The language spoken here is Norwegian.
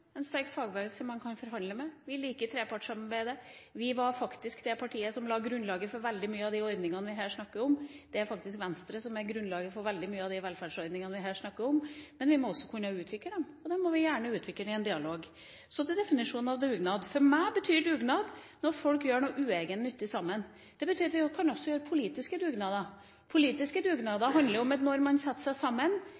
en sterk fagbevegelse – en sterk fagbevegelse som man kan forhandle med. Vi liker trepartssamarbeidet. Vi var faktisk det partiet som la grunnlaget for veldig mange av de ordningene vi her snakker om. Det er faktisk Venstre som la grunnlaget for veldig mange av de velferdsordningene vi her snakker om. Men vi må også kunne utvikle dem, og det må vi gjerne gjøre i en dialog. Så til definisjonen av dugnad. For meg betyr dugnad at folk gjør noe uegennyttig sammen. Det betyr at vi også kan ha politiske dugnader. Politiske